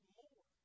more